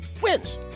wins